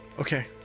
Okay